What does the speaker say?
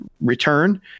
return